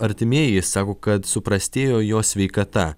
artimieji sako kad suprastėjo jo sveikata